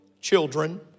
children